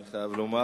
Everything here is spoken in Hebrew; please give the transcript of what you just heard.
אני חייב לומר,